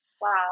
Wow